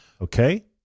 Okay